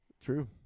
True